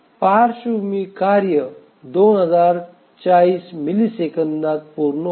पार्श्वभूमी कार्य 2040 मिलिसेकंदात पूर्ण होईल